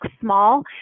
small